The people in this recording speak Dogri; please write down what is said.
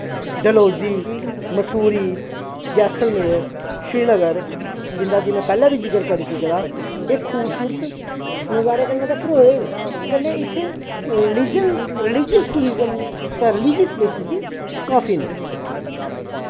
डलहोजी मसूरी जैसलमेर श्रीनगर जिंदा कि में पैह्लें बी जिकर करी चुके दा एह् खूबसूरत नज़ारे कन्नै ते भरोए दे न कन्नै इत्थें रलीजन रलिज़ियस टूरिज़म ते रिलिज़ियस प्लेसिस बी काफी न